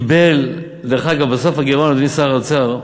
קיבל, דרך אגב, בסוף, הגירעון, אדוני שר האוצר,